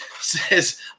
says